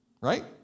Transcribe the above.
Right